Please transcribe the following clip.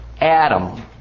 Adam